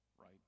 right